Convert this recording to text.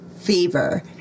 fever